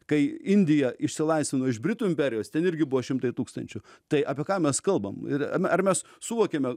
kai indija išsilaisvino iš britų imperijos ten irgi buvo šimtai tūkstančių tai apie ką mes kalbam ir ar mes suvokiame